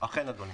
אכן, אדוני.